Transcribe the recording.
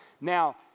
Now